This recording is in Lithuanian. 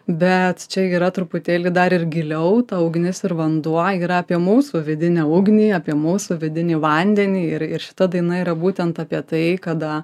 bet čia yra truputėlį dar ir giliau ta ugnis ir vanduo yra apie mūsų vidinę ugnį apie mūsų vidinį vandenį ir ir šita daina yra būtent apie tai kada